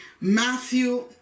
Matthew